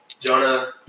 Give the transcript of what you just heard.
Jonah